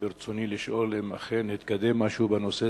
וברצוני לשאול אם אכן התקדם משהו בנושא,